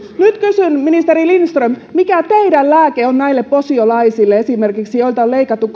nyt kysyn ministeri lindström mikä teidän lääkkeenne on esimerkiksi näille posiolaisille joilta on leikattu